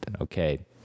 Okay